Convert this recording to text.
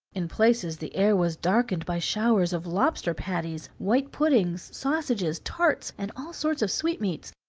in places the air was darkened by showers of lobster-patties, white puddings, sausages, tarts, and all sorts of sweetmeats,